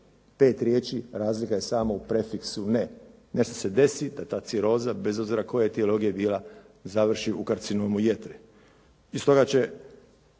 pet riječi, razlika je samo u prefiksu ne. Nešto se desi, da ta ciroza, bez obzira koje je trilogije bila završi u karcinomu jetre. I stoga će,